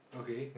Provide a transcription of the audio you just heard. okay